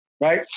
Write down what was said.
right